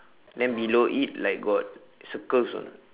then below it like got circles or not